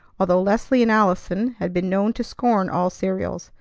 although leslie and allison had been known to scorn all cereals.